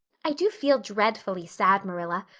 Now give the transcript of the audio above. i do feel dreadfully sad, marilla.